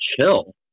chill